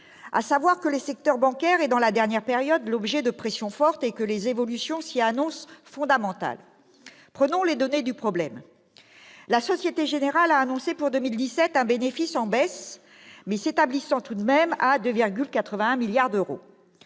à savoir que le secteur bancaire a fait l'objet, dans la dernière période, de pressions fortes et que les évolutions s'y annoncent fondamentales. Prenons les données du problème. La Société générale a annoncé pour 2017 un bénéfice en baisse, mais s'établissant tout de même à 2,81 milliards d'euros.